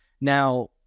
now